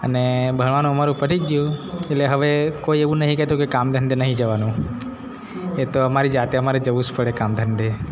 અને ભણવાનું અમારું પતી ગયું એટલે હવે કોઈ એવું નહીં કહેતું કે કામ ધંધે નહીં જવાનું એ તો અમારી જાતે અમારે જવું જ પડે કામ ધંધે